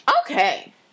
Okay